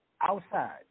outside